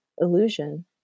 illusion